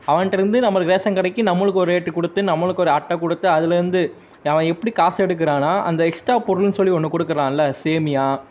அவன்ட்டேருந்து நம்மளுக்கு ரேஷன் கடைக்கு நம்மளுக்கு ஒரு ரேட்டு கொடுத்து நம்மளுக்கு ஒரு அட்டை கொடுத்து அதுலேருந்து அவன் எப்படி காசு எடுக்கிறான்னா அந்த எக்ஸ்ட்டா பொருள்னு சொல்லி ஒன்று கொடுக்கறான்ல சேமியா